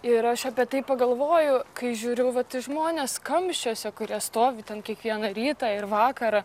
ir aš apie tai pagalvoju kai žiūriu vat į žmones kamščiuose kurie stovi ten kiekvieną rytą ir vakarą